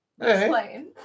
Explain